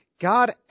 God